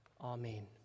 Amen